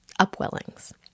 upwellings